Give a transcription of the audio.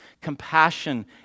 compassion